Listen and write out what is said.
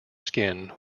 skin